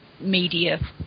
media